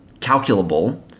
calculable